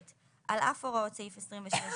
(ב)על אף הוראות סעיף 26ד,